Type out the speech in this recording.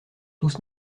tous